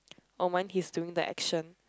or mind he's doing that action